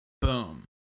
boom